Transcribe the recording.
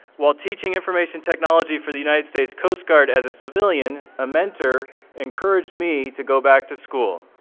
while teaching information technology for the united states coast guard as a civilian, a mentor encouraged me to go back to school.